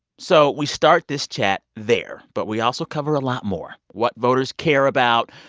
so we start this chat there, but we also cover a lot more what voters care about,